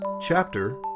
chapter